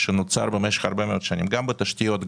שנוצר במשך הרבה מאוד שנים גם בתשתיות,